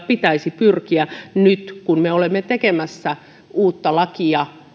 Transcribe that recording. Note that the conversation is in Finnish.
pitäisi pyrkiä nyt kun me olemme tekemässä uutta lakia